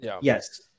yes